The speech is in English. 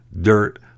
dirt